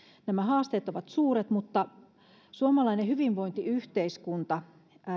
nämä haasteet ovat suuret mutta suomalainen hyvinvointiyhteiskunta